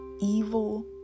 evil